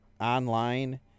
online